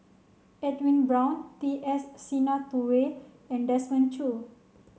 Edwin Brown T S Sinnathuray and Desmond Choo